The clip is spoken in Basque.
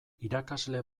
irakasle